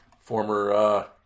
former